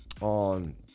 on